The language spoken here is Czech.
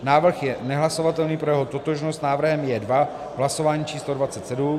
návrh je nehlasovatelný pro jeho totožnost s návrhem J2 v hlasování č. dvacet sedm